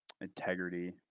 integrity